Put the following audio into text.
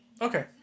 Okay